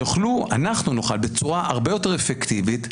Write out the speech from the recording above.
שאנחנו נוכל בצורה הרבה יותר אפקטיבית,